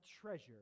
treasure